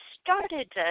started